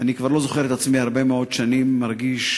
ואני כבר לא זוכר את עצמי הרבה מאוד שנים מרגיש,